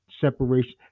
separation